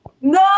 No